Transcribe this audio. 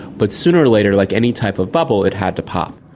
but sooner or later, like any type of bubble, it had to pop.